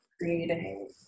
creating